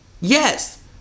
Yes